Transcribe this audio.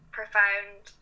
profound